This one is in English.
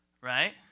right